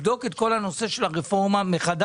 אני מבקש שיקום צוות שידון בעניין הזה של הרפורמה,